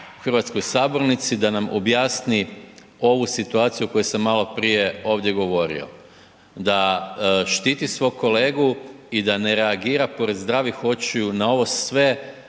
u hrvatskoj sabornici da nam objasni ovu situaciju o kojoj sam maloprije ovdje govorio, da štiti svog kolegu i da ne reagira pored zdravih očiju na ovo sve